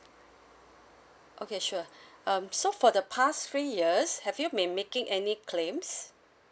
okay sure um so for the past three years have you been making any claims